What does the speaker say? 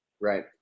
Right